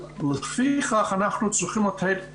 ולפיכך אנחנו צריכים לתת אחוזים,